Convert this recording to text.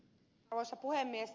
arvoisa puhemies